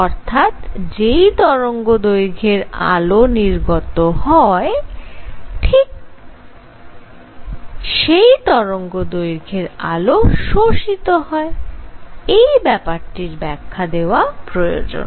অর্থাৎ যেই তরঙ্গদৈর্ঘ্যের আলো নির্গত হয় ঠিক তরঙ্গদৈর্ঘ্যের আলো শোষিত হয় এই ব্যাপারটির ব্যাখ্যা দেওয়া প্রয়োজন